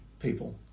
people